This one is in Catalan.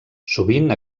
sovint